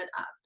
up